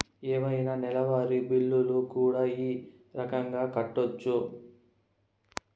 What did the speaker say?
ఏవైనా నెలవారి బిల్లులు కూడా ఈ రకంగా కట్టొచ్చు